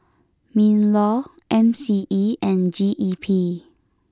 Minlaw M C E and G E P